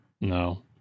No